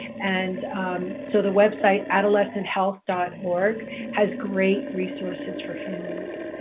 and so the website adolescenthealth dot org has great resources for families.